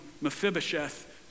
Mephibosheth